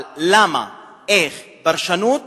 אבל למה, איך, פרשנות